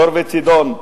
צור וצידון,